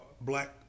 black